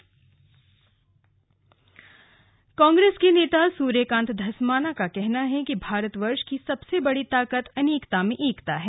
Christmas Congress के नेता सूर्य कान्त धस्माना ने कहा है कि भारतवर्ष की सबसे बड़ी ताकत अनेकता में एकता है